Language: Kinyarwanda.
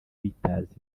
reuters